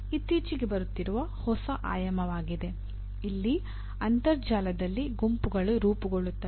ಇದು ಇತ್ತೀಚೆಗೆ ಬರುತ್ತಿರುವ ಹೊಸ ಆಯಾಮವಾಗಿದೆ ಇಲ್ಲಿ ಅಂತರ್ಜಾಲದಲ್ಲಿ ಗುಂಪುಗಳು ರೂಪುಗೊಳ್ಳುತ್ತವೆ